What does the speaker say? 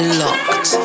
locked